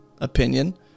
opinion